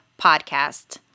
Podcast